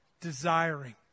desiring